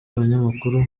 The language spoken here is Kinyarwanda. abanyamakuru